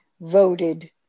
voted